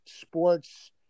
sports